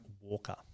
Walker